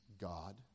God